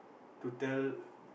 to tell